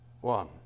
One